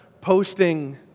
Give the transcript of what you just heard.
posting